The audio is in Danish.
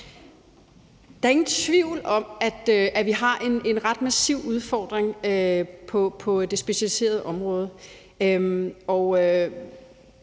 Der er ingen tvivl om, at vi har en ret massiv udfordring på det specialiserede område,